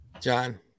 John